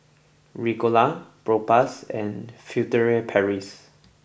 Ricola Propass and Furtere Paris